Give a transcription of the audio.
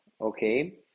okay